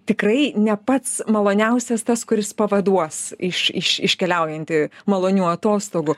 tikrai ne pats maloniausias tas kuris pavaduos iš iškeliaujanti malonių atostogų